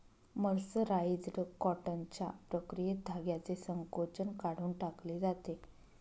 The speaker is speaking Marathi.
मर्सराइज्ड कॉटनच्या प्रक्रियेत धाग्याचे संकोचन काढून टाकले जाते